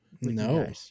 No